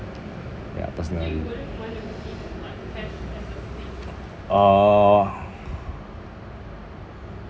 ya personally uh